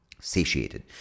satiated